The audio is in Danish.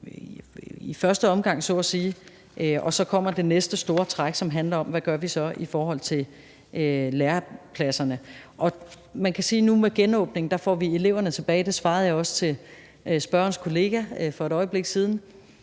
i første omgang så at sige, og så kommer det næste store træk, som handler om, hvad vi så gør i forhold til lærepladserne. Man kan sige, at nu med genåbningen får vi eleverne tilbage på skolerne – det svarede jeg også til spørgerens kollega for et øjeblik siden